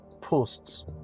posts